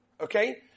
Okay